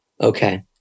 okay